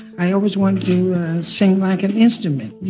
i always wanted to sing like an instrument,